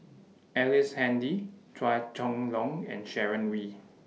Ellice Handy Chua Chong Long and Sharon Wee